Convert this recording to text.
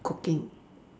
cooking